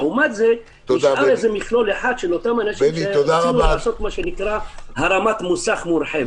לעומת זאת נשאר מכלול אחד של אותם אנשים שרצו לעשות הרמת מסך מורחבת.